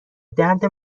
درد